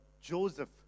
Joseph